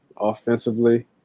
offensively